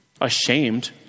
ashamed